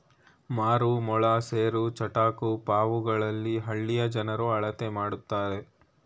ಮಾರು, ಮೊಳ, ಸೇರು, ಚಟಾಕು ಪಾವುಗಳಲ್ಲಿ ಹಳ್ಳಿಯ ಜನರು ಅಳತೆ ಮಾಡ್ತರೆ